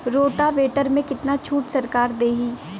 Rotavator में कितना छूट सरकार देही?